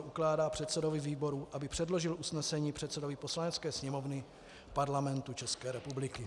Ukládá předsedovi výboru, aby předložil usnesení předsedovi Poslanecké sněmovny Parlamentu České republiky.